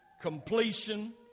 completion